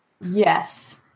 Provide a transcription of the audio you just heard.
Yes